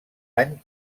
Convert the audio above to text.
any